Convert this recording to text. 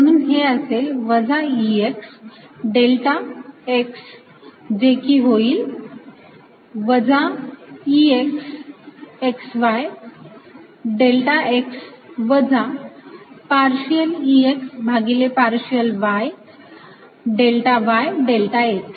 म्हणून हे असेल वजा Ex डेल्टा X जे की होईल वजा Ex x y delta X वजा पार्शियल Ex भागिले partial y delta Y delta X